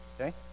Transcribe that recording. Okay